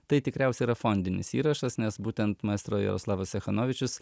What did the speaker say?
tai tikriausia yra fondinis įrašas nes būtent maestro jaroslavas cechanovičius